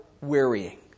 wearying